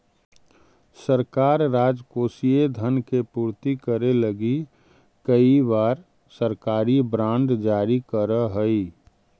सरकार राजकोषीय धन के पूर्ति करे लगी कई बार सरकारी बॉन्ड जारी करऽ हई